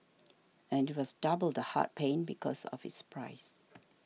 and it was double the heart pain because of its price